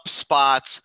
spots